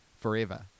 forever